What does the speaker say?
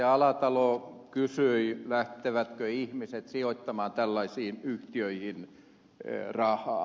alatalo kysyi lähtevätkö ihmiset sijoittamaan tällaisiin yhtiöihin rahaa